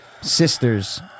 Sisters